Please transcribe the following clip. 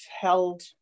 held